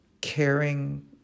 caring